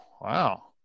wow